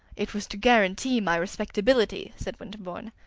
it was to guarantee my respectability, said winterbourne.